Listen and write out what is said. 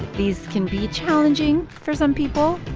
these can be challenging for some people.